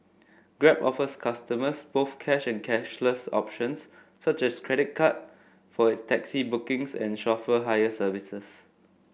grab offers customers both cash and cashless options such as credit card for its taxi bookings and chauffeur hire services